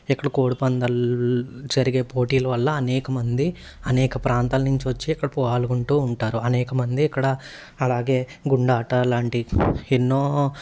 ఇక్కడ కోడిపందాలు జరిగే పోటీల వల్ల అనేకమంది అనేక ప్రాంతాల నుంచి వచ్చి ఇక్కడ పాల్గొంటూ ఉంటారు అనేకమంది ఇక్కడ అలాగే గుండాట లాంటి ఎన్నో